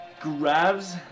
Grabs